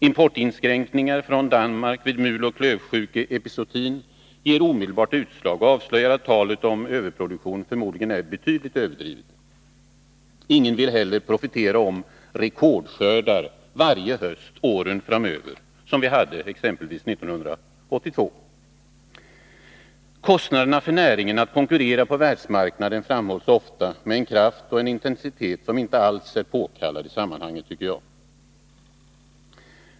Importinskränkningar vid muloch klövsjukeepizooti i Danmark ger omedelbart utslag och avslöjar att talet om överproduktion förmodligen är betydligt överdrivet. Ingen vill heller profetera om rekordskördar varje höst åren framöver, som vi exempelvis hade 1982. Kostnaderna för näringen att konkurrera på världsmarknaden framhålls ofta med en kraft och intensitet som inte alls är påkallad i sammanhanget, tycker jag.